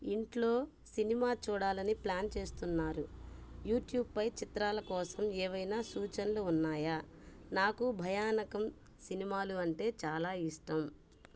ఇంట్లో సినిమా చూడాలని ప్లాన్ చేస్తున్నారు యూట్యూబ్పై చిత్రాల కోసం ఏవైనా సూచనలు ఉన్నాయా నాకు భయానకం సినిమాలు అంటే చాలా ఇష్టం